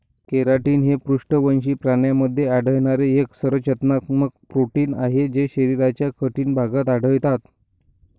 keratin हे पृष्ठवंशी प्राण्यांमध्ये आढळणारे एक संरचनात्मक प्रोटीन आहे जे शरीराच्या कठीण भागात आढळतात